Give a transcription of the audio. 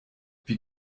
wie